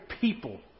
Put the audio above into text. people